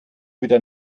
wieder